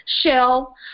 shell